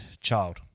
child